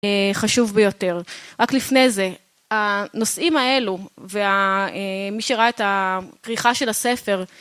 חשוב ביותר. רק לפני זה, הנושאים האלו ומי שראה את הכריכה של הספר